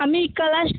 আমি ক্লাস